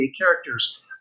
characters